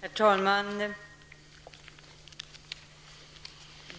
Herr talman!